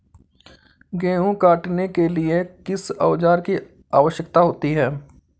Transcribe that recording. गेहूँ काटने के लिए किस औजार की आवश्यकता होती है?